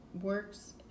works